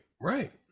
Right